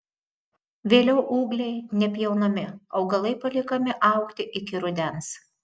vėliau ūgliai nepjaunami augalai paliekami augti iki rudens